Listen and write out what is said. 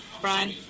Brian